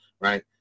Right